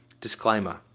disclaimer